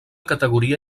categoria